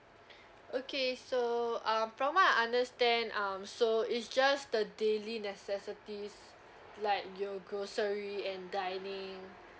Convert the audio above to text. okay so um from what I understand um so it's just the daily necessities like your grocery and dining